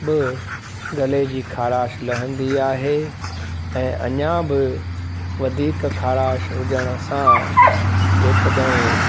बि गले जी ख़राश लहंदी आहे ऐं अञा बि वधीक ख़राश हुजण सां जेकॾहिं